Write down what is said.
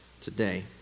today